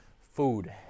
food